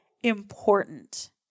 important